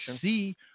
see